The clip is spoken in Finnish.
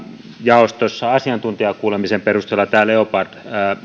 jaostossa asiantuntijakuulemisen perusteella tämä leopard